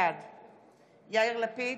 בעד יאיר לפיד,